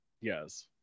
yes